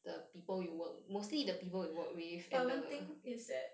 but one thing is that